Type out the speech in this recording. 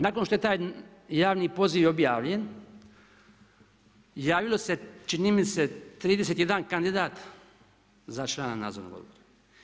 Nakon što je taj javni poziv objavljen, javilo se čini mi se, 31 kandidat za člana nadzornog odbora.